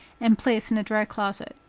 and placed in a dry closet.